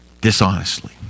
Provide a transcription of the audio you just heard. dishonestly